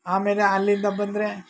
ಆಮೇಲೆ ಅಲ್ಲಿಂದ ಬಂದರೆ